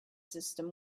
system